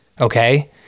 Okay